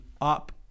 up